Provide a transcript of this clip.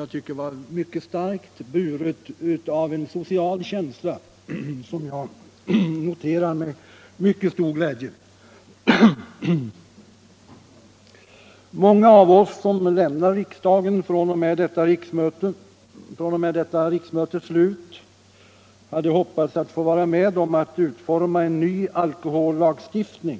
Jag tycker det var mycket starkt, buret av en social känsla, som jag noterar med mycket stor glädje. Många av oss som lämnar riksdagen fr.o.m. detta riksmötes slut hade hoppats få vara med om att utforma en ny alkohollagstiftning,